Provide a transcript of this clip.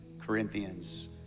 Corinthians